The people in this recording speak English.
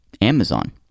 Amazon